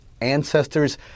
ancestors